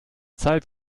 zeit